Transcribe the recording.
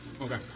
Okay